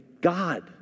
God